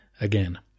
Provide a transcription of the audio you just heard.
Again